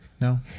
No